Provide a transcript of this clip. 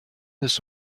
this